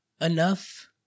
enough